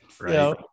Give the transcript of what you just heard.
right